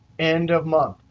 end of month.